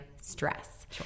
stress